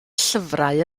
llyfrau